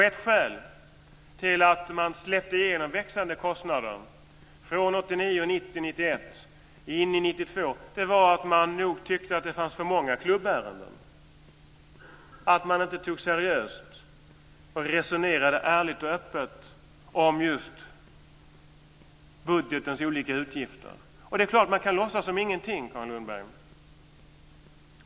Ett skäl till att man släppte igenom växande kostnader från 1989, 1990, 1991 och in i 1992 var att man tyckte att det fanns för många klubbärenden, att man inte tog seriöst på och resonerade ärligt och öppet om budgetens olika utgifter. Det är klart att man kan låtsas som ingenting, Carin Lundberg.